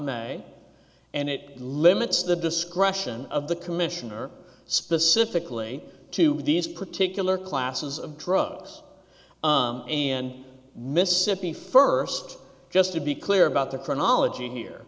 may and it limits the discretion of the commissioner specifically to these particular classes of drugs and mississippi first just to be clear about the chronology here